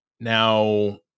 Now